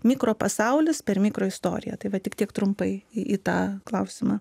mikropasaulis per mikroistoriją tai va tik tiek trumpai į tą klausimą